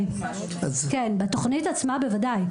כן, בתוכנית עצמה, בוודאי.